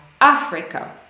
africa